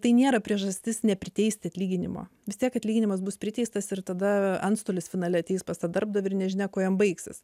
tai nėra priežastis nepriteisti atlyginimo vis tiek atlyginimas bus priteistas ir tada antstolis finale ateis pas tą darbdavį ir nežinia kuo jam baigsis